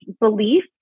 belief